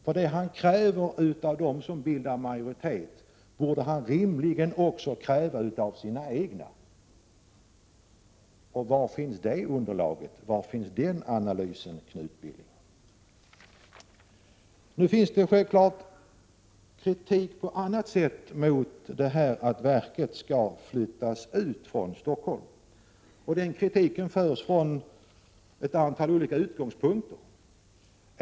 Vad han kräver av dem som bildar majoritet bör han rimligtvis kräva också av sina egna. Var finns det underlaget och den analysen, Knut Billing? Självfallet framförs det kritik på annat sätt mot att verket flyttas ut från Stockholm. Den kritiken förs från ett antal olika utgångspunkter.